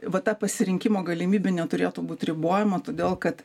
vat ta pasirinkimo galimybė neturėtų būt ribojama todėl kad